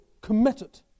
committed